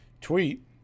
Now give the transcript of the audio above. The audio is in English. tweet